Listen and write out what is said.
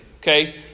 okay